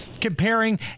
comparing